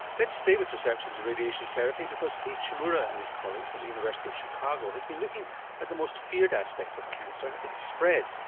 let's stay with research into radiation therapy, because steve chmura and his colleagues at the university of chicago have been looking at the most feared aspect of cancer its spread.